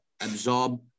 absorb